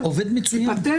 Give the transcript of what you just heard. פרופ' דותן,